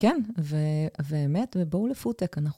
כן, ובאמת, ובואו לפודטק, אנחנו...